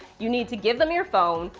you need to give them your phone,